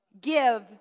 Give